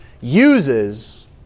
uses